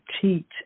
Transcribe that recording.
teach